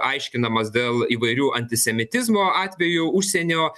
aiškinamas dėl įvairių antisemitizmo atvejų užsienio